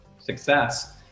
success